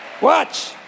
Watch